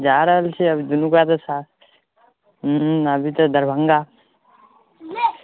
जा रहल छिए अभी दुनूगा दशा हूँ अभी तऽ दरभङ्गा